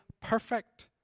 perfect